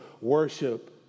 worship